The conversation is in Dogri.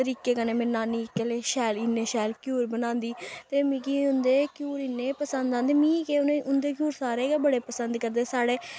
तरीके कन्नै मेरी नानी इक्कै ले शैल इन्नै शैल घ्यूर बनांदी ते मिगी उं'दे क्यूर इन्नै पसंद औंदे मी केह् उ'नें उं'दे घ्यूर सारें गै बड़े पसंद करदे साढ़े